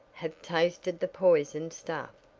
have tasted the poison stuff.